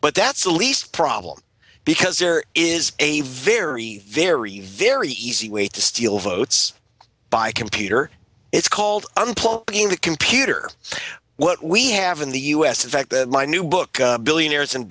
but that's the least problem because there is a very very very easy way to steal votes by computer it's called unplugging the computer what we have in the us in fact that my new book billionaires and